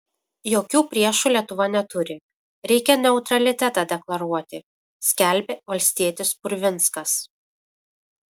jokių priešų lietuva neturi reikia neutralitetą deklaruoti skelbė valstietis purvinskas